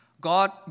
God